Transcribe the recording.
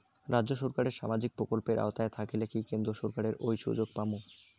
রাজ্য সরকারের সামাজিক প্রকল্পের আওতায় থাকিলে কি কেন্দ্র সরকারের ওই সুযোগ পামু?